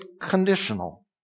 conditional